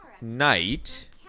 night